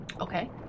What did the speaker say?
Okay